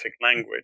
language